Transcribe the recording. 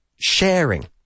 sharing